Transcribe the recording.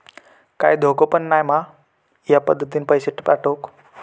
काय धोको पन नाय मा ह्या पद्धतीनं पैसे पाठउक?